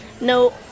no